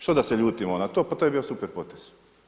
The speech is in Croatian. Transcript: Što da se ljutimo na to, pa to je bio super potez.